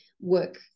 work